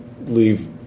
leave